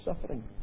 suffering